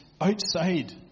outside